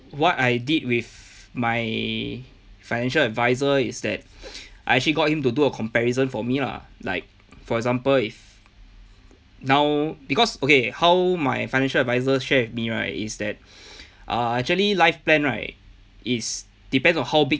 what I did with my financial advisor is that I actually got him to do a comparison for me lah like for example if now because okay how my financial advisor share with me right is that ah actually life plan right is depends on how big